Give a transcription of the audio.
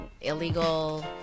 illegal